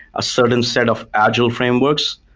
a certain set of agile frameworks,